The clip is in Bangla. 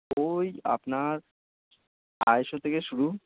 ওই আপনার আড়াইশো থেকে শুরু